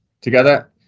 together